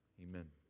Amen